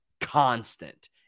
constant